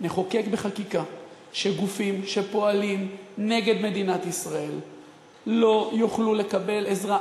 נחוקק בחקיקה שגופים שפועלים נגד מדינת ישראל לא יוכלו לקבל עזרה,